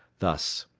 thus,